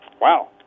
Wow